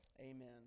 Amen